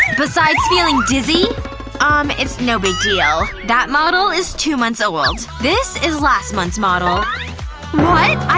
besides feeling dizzy? umm it's no big deal that model is two months old. this is last month's model what?